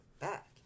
back